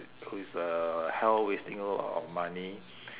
who is uh hell wasting a lot of money